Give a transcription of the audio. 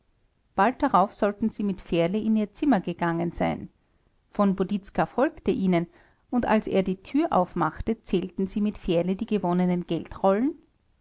bald darauf sollen sie mit fährle in ihr zimmer gegangen sein v boditzka folgte ihnen und als er die tür aufmachte zählten sie mit fährle die gewonnenen